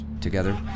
Together